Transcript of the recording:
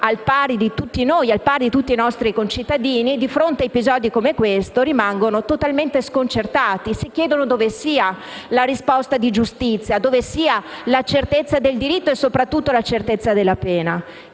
al pari di tutti noi e di tutti i nostri concittadini - di fronte a episodi come questo rimane totalmente sconcertata e si chiede dove sia la risposta della giustizia, dove siano la certezza del diritto e, soprattutto, la certezza della pena.